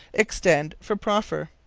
extend for proffer.